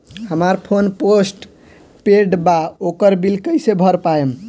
हमार phone postpaid बा ओकर बिल कईसे भर पाएम?